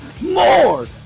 more